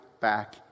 back